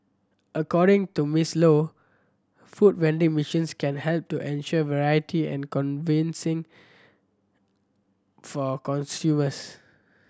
according to Miss Low food vending machines can help to ensure variety and for consumers